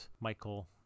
Michael